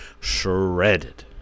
shredded